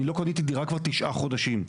אני לא קניתי דירה כבר תשעה חודשים,